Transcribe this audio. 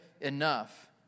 enough